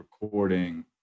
recording